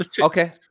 Okay